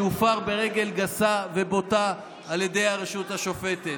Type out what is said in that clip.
שהופר ברגל גסה ובוטה על ידי הרשות השופטת.